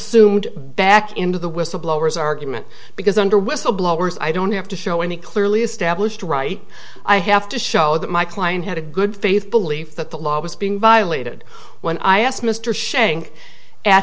subsumed back into the whistleblowers argument because under whistleblowers i don't have to show any clearly established right i have to show that my client had a good faith belief that the law was being violated when i asked mr shank at